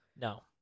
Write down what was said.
no